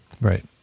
Right